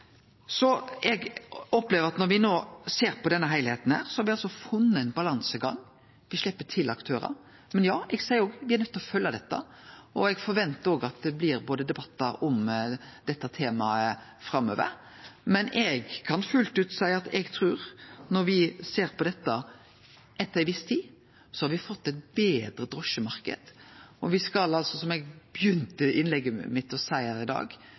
Eg opplever at når me no ser på denne heilskapen, har me funne ein balansegang. Me slepper til aktørar, men eg ser òg at me er nøydde til å følgje dette, og eg forventar at det blir debattar om dette temaet framover. Men eg kan fullt ut seie eg trur at når me ser på dette etter ei viss tid, har me fått ein betre drosjemarknad. Som eg begynte innlegget mitt med å seie i dag,